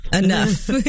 enough